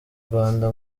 rwanda